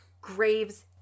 Graves